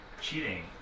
Cheating